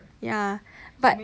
ya but